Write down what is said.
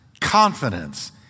confidence